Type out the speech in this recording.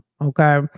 Okay